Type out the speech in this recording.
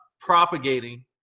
propagating